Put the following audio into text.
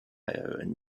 and